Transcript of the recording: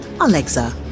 Alexa